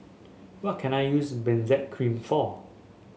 what can I use Benzac Cream for